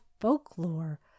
folklore